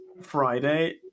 friday